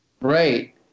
right